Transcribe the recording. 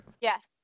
Yes